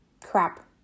crap